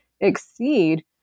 exceed